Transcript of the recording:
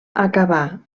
acabà